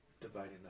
dividing